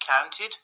counted